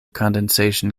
condensation